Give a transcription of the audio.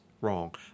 wrong